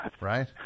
Right